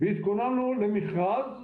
והתכוננו למכרז כשאמרנו,